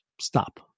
stop